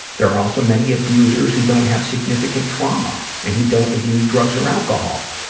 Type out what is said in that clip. there are also many abusers who don't have significant trauma and who don't abuse drugs or alcohol.